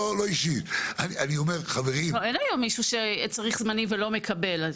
אין היום מישהו שצריך זמני ולא מקבל.